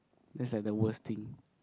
that's like the worst thing